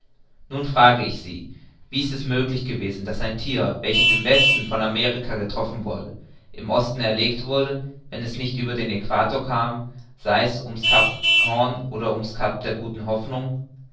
nun frage ich sie wie ist es möglich gewesen daß ein thier welches im westen von amerika getroffen worden im osten erlegt wurde wenn es nicht über den aequator kam sei es um's cap horn oder das cap der guten hoffnung